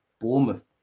Bournemouth